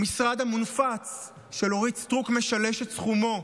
המשרד המונפץ של אורית סטרוק משלש את סכומו,